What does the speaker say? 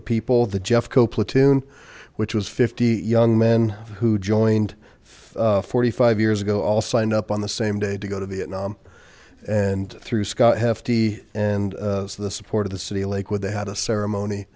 of people that jeffco platoon which was fifty young men who joined forty five years ago all signed up on the same day to go to vietnam and through scott hefty and so the support of the city of lakewood they had a ceremony